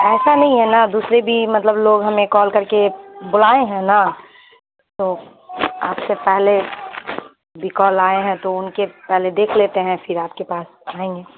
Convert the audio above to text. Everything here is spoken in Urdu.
ایسا نہیں ہے نا دوسرے بھی مطلب لوگ ہمیں کال کر کے بلائے ہیں نا تو آپ سے پہلے بھی کال آئے ہیں تو ان کے پہلے دیکھ لیتے ہیں پھر آپ کے پاس آئیں گے